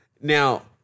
Now